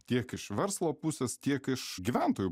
tiek iš verslo pusės tiek iš gyventojų